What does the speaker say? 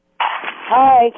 hi